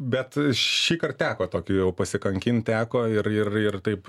bet šįkart teko tokį jau pasikankint teko ir ir ir taip